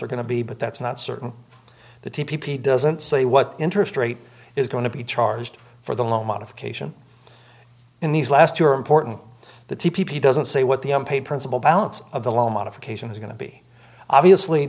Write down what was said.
are going to be but that's not certain the t p doesn't say what interest rate is going to be charged for the loan modification in these last two are important the t p doesn't say what the unpaid principal balance of the loan modification is going to be obviously